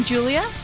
Julia